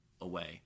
away